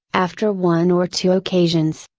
after one or two occasions.